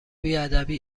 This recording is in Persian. بیادبی